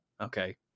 Okay